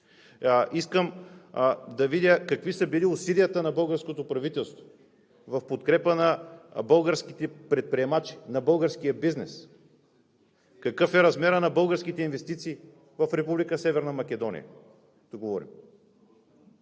Искам да видя какви са били усилията на българското правителство в подкрепа на българските предприемачи, на българския бизнес? Какъв е размерът на българските инвестиции в Република